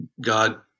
God